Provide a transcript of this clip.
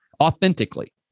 authentically